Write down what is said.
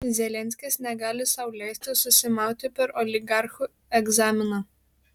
zelenskis negali sau leisti susimauti per oligarchų egzaminą